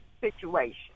situation